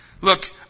Look